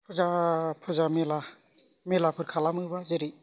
फुजा फुजा मेला मेलाफोर खालामोब्ला जेरै